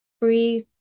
breathe